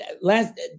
last